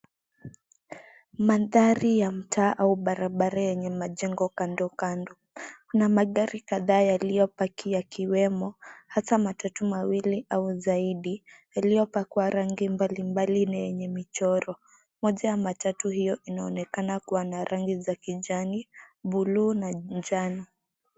Mandhari ya mtaa au barabara yenye majengo kando kando. Kuna magari kadhaa yaliyopaki yakiwemo, hasa matatu mawili au zaidi yaliyopakwa rangi mbalimbali na yenye michoro. Moja ya matatu hiyo inaonekana kuwa na rangi za kijani, buluu na njano.